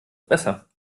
besser